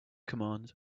command